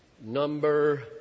Number